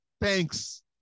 thanks